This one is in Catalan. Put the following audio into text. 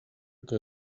que